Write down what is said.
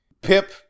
Pip